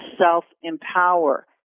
self-empower